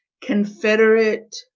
Confederate